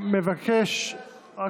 אני מבקש להשיב.